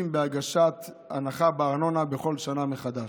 בהגשת הנחה בארנונה בכל שנה מחדש.